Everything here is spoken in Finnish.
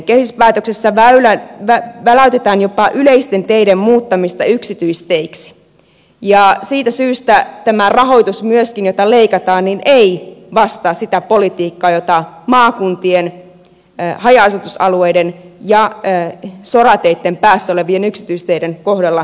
kehyspäätöksessä väläytetään jopa yleisten teiden muuttamista yksityisteiksi ja siitä syystä myöskään tämä rahoitus jota leikataan ei vastaa sitä politiikkaa jota maakuntien haja asutusalueiden ja sorateitten päässä olevien yksityisteiden kohdalla pitää harjoittaa